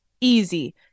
easy